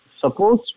suppose